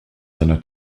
seiner